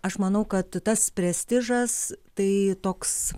aš manau kad tas prestižas tai toks